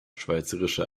schweizerische